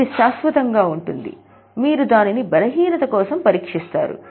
ఇది శాశ్వతంగా ఉంటుంది మీరు దానిని బలహీనత కోసం పరీక్షిస్తారు